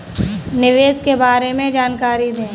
निवेश के बारे में जानकारी दें?